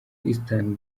eastern